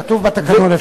כתוב בתקנון.